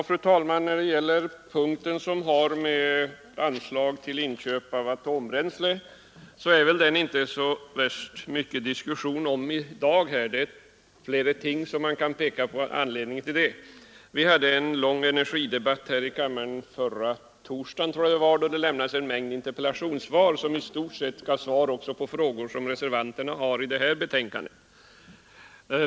Fru talman! Diskussionen om anslag till inköp av atombränsle är matt i dag, det finns flera ting som man kan peka på som anledningen till detta. Vi hade en lång energidebatt här i kammaren förra torsdagen, då det lämnades en mängd interpellationssvar som i stort sett gav svar på de frågor reservanterna har i betänkandet.